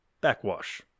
Backwash